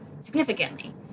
significantly